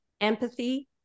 empathy